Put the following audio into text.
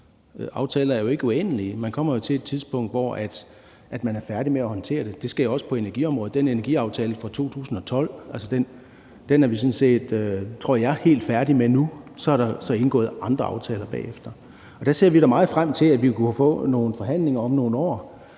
aftaler er jo ikke uendelige. Man kommer jo til et tidspunkt, hvor man er færdig med at håndtere det. Det sker også på energiområdet. Energiaftalen fra 2012 er vi sådan set, tror jeg, helt færdig med nu. Så er der så indgået andre aftaler bagefter. Og vi ser da meget frem til, at vi kan få nogle forhandlinger om nogle år